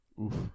Oof